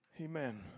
Amen